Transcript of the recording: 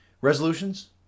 Resolutions